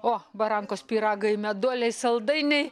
o barankos pyragai meduoliai saldainiai